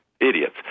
idiots